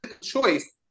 choice